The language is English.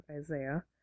Isaiah